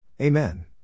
Amen